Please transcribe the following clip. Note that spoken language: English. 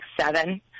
seven